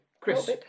Chris